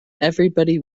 everybody